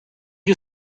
you